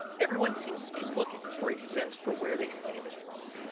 everyone seems to be looking for a sense for where they stand in the world.